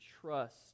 trust